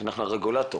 שייך לרגולטור